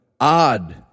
odd